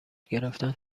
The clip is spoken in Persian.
گرفتن